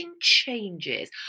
changes